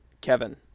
Kevin